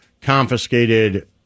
confiscated